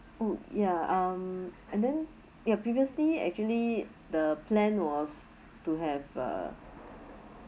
oh ya um and then ya previously actually the plan was to have a